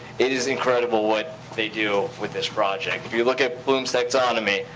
it is incredible what they do with this project. if you look at bloom's taxonomy,